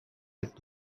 with